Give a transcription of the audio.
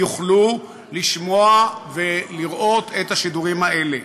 יוכלו לשמוע ולראות את השידורים האלה.